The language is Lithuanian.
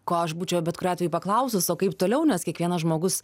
ko aš būčiau bet kuriuo atveju paklausus o kaip toliau nes kiekvienas žmogus